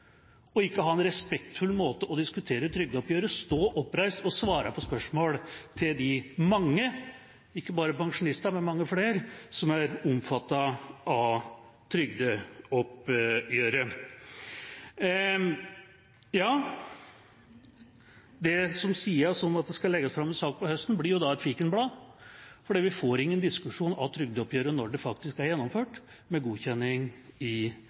til ikke å ha en respektfull måte å diskutere trygdeoppgjøret på, stå oppreist og svare på spørsmål fra de mange, ikke bare pensjonister, men mange flere som er omfattet av trygdeoppgjøret. Det som sies om at det skal legges fram en sak på høsten, blir et fikenblad, for vi får ingen diskusjon av trygdeoppgjøret når det faktisk er gjennomført, med godkjenning i